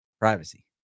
Privacy